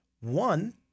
One